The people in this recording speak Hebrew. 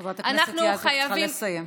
חברת הכנסת יזבק, את צריכה לסיים.